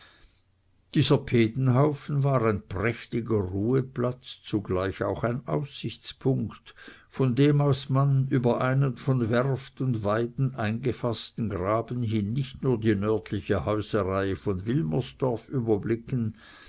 dieser pedenhaufen war ein prächtiger ruheplatz zugleich auch ein aussichtspunkt von dem aus man über einen von werft und weiden eingefaßten graben hin nicht nur die nördliche häuserreihe von wilmersdorf überblicken